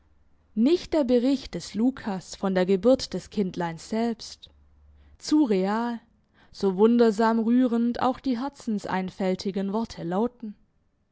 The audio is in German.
nicht der bericht des lucas von der geburt des kindleins selbst zu real so wundersam rührend auch die herzenseinfältigen worte lauten